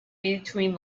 between